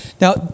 Now